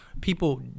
People